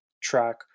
track